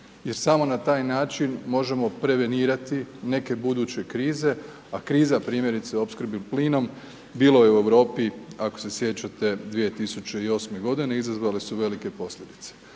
jer samo na taj način možemo prevenirati neke buduće krize, a kriza primjerice u opskrbi plinom, bilo je u Europi, ako se sjećate 2008.g., izazvale su velike posljedice.